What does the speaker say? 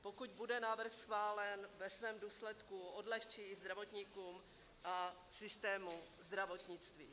Pokud bude návrh schválen, ve svém důsledku odlehčí i zdravotníkům a systému zdravotnictví.